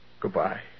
goodbye